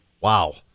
Wow